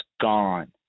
gone